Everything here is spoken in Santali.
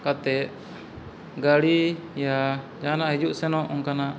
ᱠᱟᱛᱮᱫ ᱜᱟᱹᱲᱤ ᱭᱟ ᱡᱟᱦᱟᱱᱟᱜ ᱦᱤᱡᱩᱜ ᱥᱮᱱᱚᱜ ᱚᱱᱠᱟᱱᱟᱜ